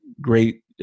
great